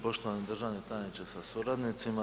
Poštovani državni tajniče sa suradnicima.